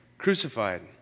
crucified